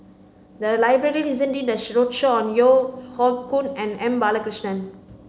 the library recently did a roadshow on Yeo Hoe Koon and M Balakrishnan